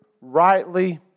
rightly